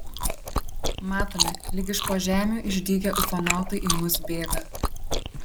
matome lyg iš po žemių išdygę ufonautai į mus bėga